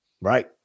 Right